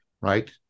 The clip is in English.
right